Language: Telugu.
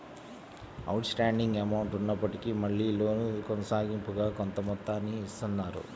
అవుట్ స్టాండింగ్ అమౌంట్ ఉన్నప్పటికీ మళ్ళీ లోను కొనసాగింపుగా కొంత మొత్తాన్ని ఇత్తన్నారు